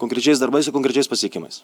konkrečiais darbais ir konkrečiais pasiekimais